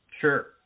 sure